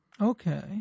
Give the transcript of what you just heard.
Okay